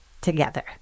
together